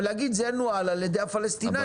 ולהגיד זה נוהל על ידי הפלסטינאים.